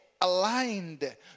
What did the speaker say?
aligned